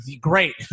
great